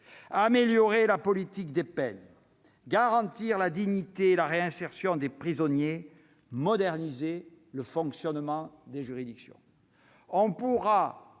améliorer la politique des peines, garantir la dignité et la réinsertion des prisonniers et moderniser le fonctionnement des juridictions.